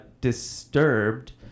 disturbed